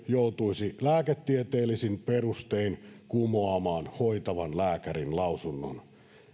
joutuisi lääketieteellisin perustein kumoamaan hoitavan lääkärin lausunnon